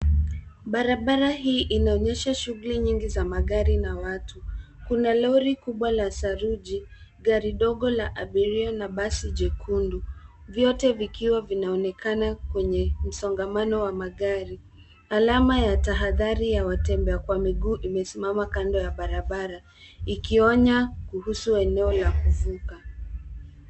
Barabara hii inaonyesha shughuli nyingi za magari na watu. Kuna lori kubwa la saruji, gari dogo la abiria na basi jekundu vyote vikiwa vinaonekana kwenye msongamano wa magari. Alama ya tahadhari ya watembea kwa miguu imesimama kando ya barabara ikionya kuhusu eneo la kuvuka.